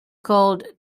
called